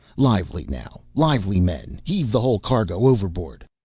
lively, now, lively, men! heave the whole cargo overboard!